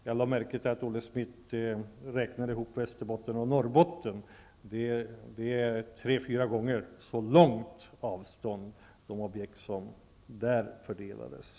Jag lade märke till att Olle Schmidt räknade ihop de objekt som fördelats till Västerbotten och Norrbotten, och de omfattar tre fyra gånger så långa avstånd som i Halland.